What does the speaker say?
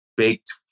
baked